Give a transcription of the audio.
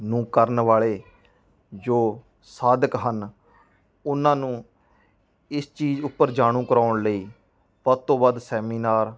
ਨੂੰ ਕਰਨ ਵਾਲੇ ਜੋ ਸਾਧਕ ਹਨ ਉਹਨਾਂ ਨੂੰ ਇਸ ਚੀਜ਼ ਉੱਪਰ ਜਾਣੂ ਕਰਵਾਉਣ ਲਈ ਵੱਧ ਤੋਂ ਵੱਧ ਸੈਮੀਨਾਰ